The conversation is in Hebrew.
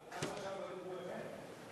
עד עכשיו לא דיברו אמת?